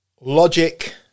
Logic